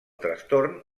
trastorn